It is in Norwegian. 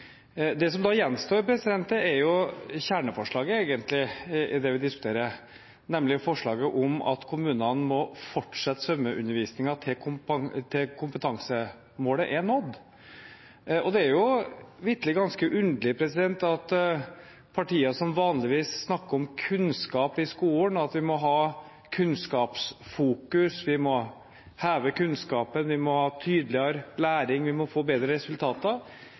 Det som da gjenstår, er egentlig kjerneforslaget i det vi diskuterer, nemlig forslaget om at kommunene må fortsette svømmeundervisningen til kompetansemålet er nådd. Det er jo vitterlig ganske underlig at partier som vanligvis snakker om kunnskap i skolen, at vi må ha kunnskapsfokus, vi må heve kunnskapen, vi må ha tydeligere læring, og vi må få bedre resultater,